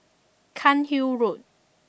Cairnhill Road